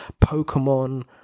pokemon